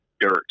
dirt